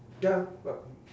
ya but